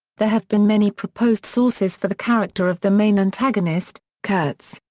there have been many proposed sources for the character of the main antagonist, kurtz.